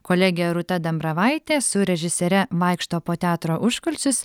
kolegė rūta dambravaitė su režisiere vaikšto po teatro užkulisius